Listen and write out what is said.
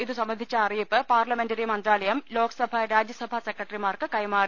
ഇതുസംബന്ധിച്ച അറിയിപ്പ് പാർലമെന്ററി മന്ത്രാലയം ലോക്സഭ രാജ്യസഭ സെക്രട്ടറിമാർക്ക് കൈമാറി